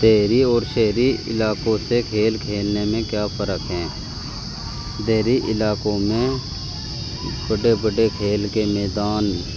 دیہی اور شہری علاقوں سے کھیل کھیلنے میں کیا فرق ہے دیہی علاقوں میں بڈے بڈے کھیل کے میدان